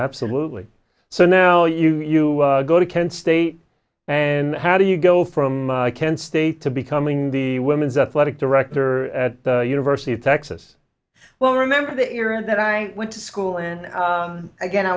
absolutely so now you go to kent state and how do you go from kent state to becoming the women's athletic director at the university of texas well remember the era that i went to school in again i